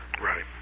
Right